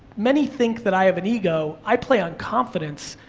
many think that i have an ego, i play on confidence,